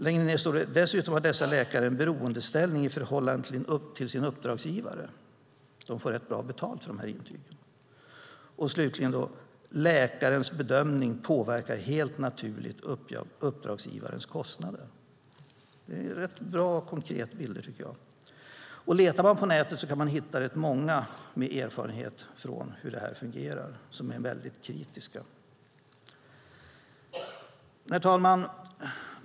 Längre ned står det: Dessutom har dessa läkare en beroendeställning i förhållande till sin uppdragsgivare. De får rätt bra betalt för de här intygen. Vidare står det: Läkarens bedömning påverkar helt naturligt uppdragsgivarens kostnader. Det är bra och konkreta bilder, tycker jag. Letar man på nätet hittar man många som har erfarenhet av hur detta fungerar som är väldigt kritiska. Herr talman!